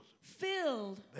filled